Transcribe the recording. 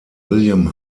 william